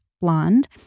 blonde